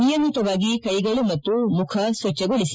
ನಿಯಮಿತವಾಗಿ ಕೈಗಳು ಮತ್ತು ಮುಖ ಸ್ವಚ್ಲಗೊಳಿಸಿ